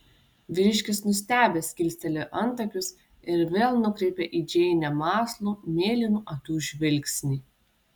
vyriškis nustebęs kilstelėjo antakius ir vėl nukreipė į džeinę mąslų mėlynų akių žvilgsnį